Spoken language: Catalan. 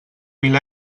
mil